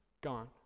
gone